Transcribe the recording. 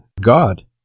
God